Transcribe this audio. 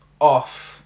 off